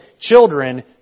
children